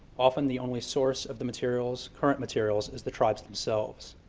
often, the only source of the materials, current materials, is the tribes themselves.